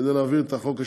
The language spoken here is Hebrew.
כדי להעביר את החוק השני,